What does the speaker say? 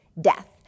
death